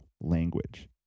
language